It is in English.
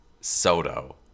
Soto